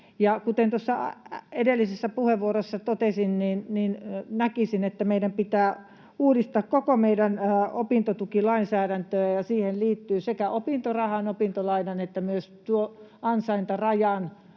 Kuten edellisessä puheenvuorossa totesin, näkisin, että meidän pitää uudistaa koko meidän opintotukilainsäädäntö, ja siihen liittyy sekä opintorahan, opintolainan että myös ansaintarajan